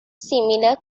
similar